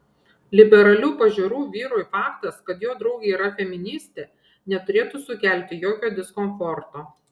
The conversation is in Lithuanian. liberalių pažiūrų vyrui faktas kad jo draugė yra feministė neturėtų sukelti jokio diskomforto